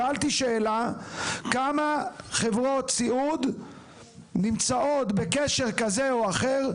שאלתי כמה חברות סיעוד נמצאות בקשר כזה או אחר,